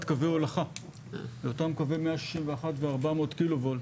קווי הולכה; אותם קווי 161 ו-400 קילו-וואט,